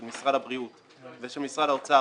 של משרד הבריאות ושל משרד האוצר,